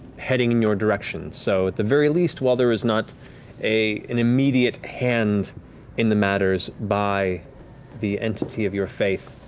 heading in your direction. so at the very least, while there is not an immediate hand in the matters by the entity of your faith,